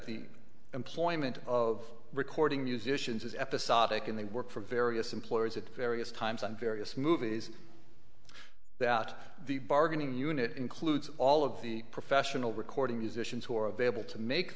the employment of recording musicians episodic in the work for various employers at various times on various movies that out the bargaining unit includes all of the professional recording musicians who are available to make